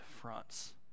fronts